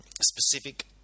specific